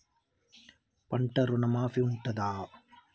పంట ఋణం మాఫీ ఉంటదా?